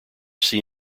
see